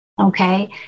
Okay